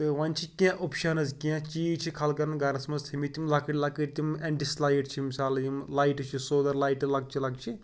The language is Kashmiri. تہٕ وۄنۍ چھِ کینٛہہ اوپشَنٕز کینٛہہ چیٖز چھِ خلقن گَرَس منٛز تھٲیمٔتۍ تِم لۄکٕٹۍ لۄکٕٹۍ تِم لایِٹ چھِ مِثال یِم لایٹہٕ چھِ سولَر لایٹہٕ لۄکچہِ لۄکچہِ